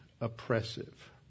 oppressive